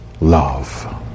love